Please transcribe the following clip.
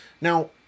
Now